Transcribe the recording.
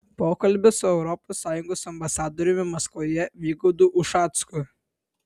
pokalbis su europos sąjungos ambasadoriumi maskvoje vygaudu ušacku